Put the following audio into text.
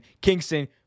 Kingston